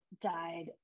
died